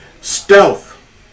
Stealth